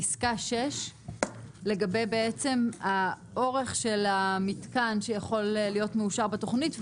פסקה 6 לגבי בעצם האורך של המתקן שיכול להיות מאושר בתוכנית,